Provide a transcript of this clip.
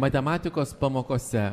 matematikos pamokose